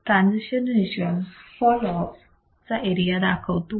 transition region fall off चा area दाखवतो